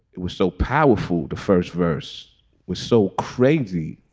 it was so powerful the first verse was so crazy.